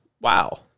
Wow